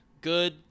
good